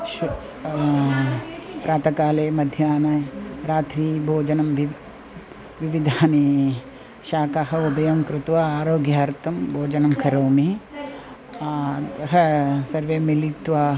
शु प्रातःकाले मध्याह्णे रात्रि भोजनं विव् विविधाः शाकः उभयं कृत्वा आरोग्यार्थं भोजनं करोमि अतः सर्वे मिलित्वा